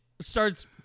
starts